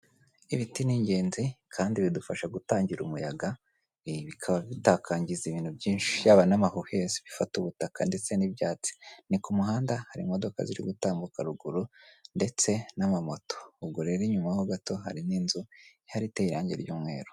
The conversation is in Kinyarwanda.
Ibiti ni ingenzi kandi bidufasha gutangira umuyaga ibi bikaba bitakangiza ibintu byinshi byaba n'amahuhezi bifata ubutaka ndetse n'ibyatsi, ni ku muhanda hari imodoka ziri gutambuka ruguru ndetse n'amamoto, ubwo rero inyuma ho gato hari n'inzu iteye irangi ry'umweru.